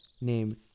named